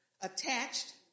attached